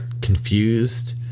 confused